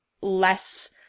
less